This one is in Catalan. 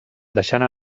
deixant